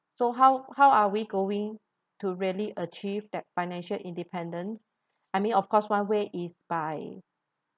so how how are we going to really achieve that financial independence I mean of course one way is by